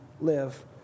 live